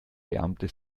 beamte